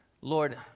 Lord